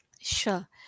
Sure